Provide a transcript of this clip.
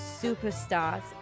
superstars